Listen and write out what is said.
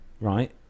right